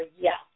yes